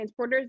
transporters